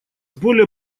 более